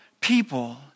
people